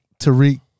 Tariq